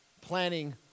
planning